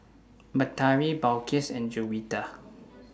Batari Balqis and Juwita